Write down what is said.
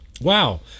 Wow